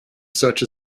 such